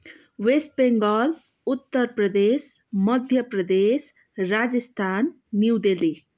West Bengal Uttar Pradesh Madhya Pradesh Rajasthan New Delhi